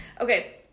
Okay